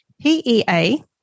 PEA